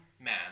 man